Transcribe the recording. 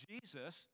Jesus